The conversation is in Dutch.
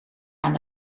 aan